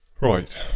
Right